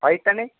হোয়াইটটা নেই